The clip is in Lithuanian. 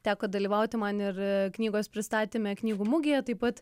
teko dalyvauti man ir knygos pristatyme knygų mugėje taip pat